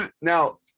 now